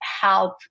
help